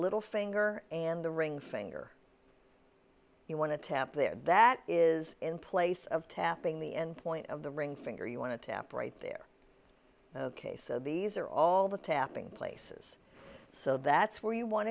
little finger and the ring finger you want to tap there that is in place of tapping the end point of the ring finger you want to tap right there ok so these are all the tapping places so that's where you want